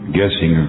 guessing